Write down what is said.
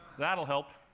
that'll help.